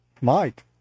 Mike